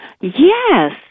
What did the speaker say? Yes